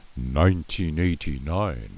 1989